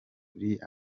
lea